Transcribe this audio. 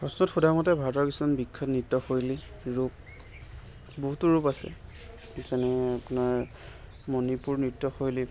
প্ৰশ্নত সোধামতে ভাৰতৰ কিছুমান বিখ্যাত নৃত্যশৈলী ৰূপ বহুতো ৰূপ আছে যেনে আপোনাৰ মণিপুৰ নৃত্যশৈলী